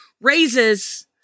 raises